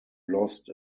lost